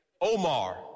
Omar